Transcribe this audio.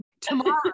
tomorrow